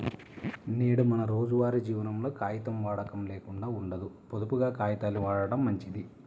నేడు మన రోజువారీ జీవనంలో కాగితం వాడకం లేకుండా ఉండదు, పొదుపుగా కాగితాల్ని వాడటం మంచిది